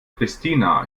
pristina